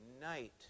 night